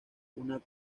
una